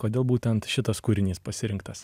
kodėl būtent šitas kūrinys pasirinktas